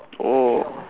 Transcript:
oh